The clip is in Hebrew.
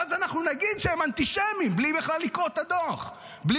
ואז אנחנו נגיד שהם אנטישמים מבלי לקרוא את הדוח בכלל,